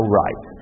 right